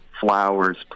flowers